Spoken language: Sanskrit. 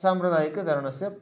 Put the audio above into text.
साम्प्रदायिकतरणस्य